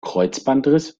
kreuzbandriss